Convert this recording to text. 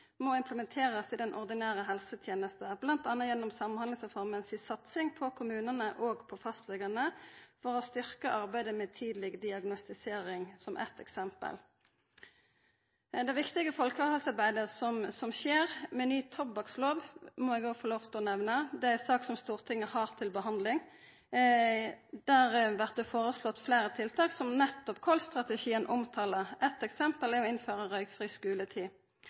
må implementerast i den ordinære helsetenesta, m.a. gjennom Samhandlingsreforma si satsing på kommunane og på fastlegane for å styrkja arbeidet med tidleg diagnostisering. Det viktige folkehelsearbeidet som skjer med ny tobakkslov, må eg òg få lov til å nemna. Det er ei sak som Stortinget har til behandling. Der blir det føreslått fleire tiltak som nettopp kolsstrategien omtalar. Eit eksempel er å innføra røykfri skuletid.